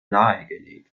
nahegelegt